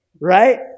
right